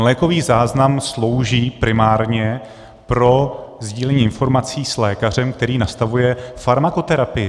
Lékový záznam slouží primárně pro sdílení informací s lékařem, který nastavuje farmakoterapii.